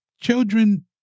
children